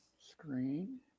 Screen